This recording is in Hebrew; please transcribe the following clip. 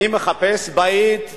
אני מחפש בית ליהודים,